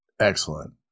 Excellent